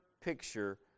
picture